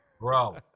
Bro